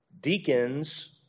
Deacons